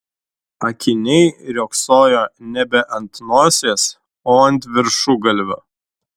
akiniai riogsojo nebe ant nosies o ant viršugalvio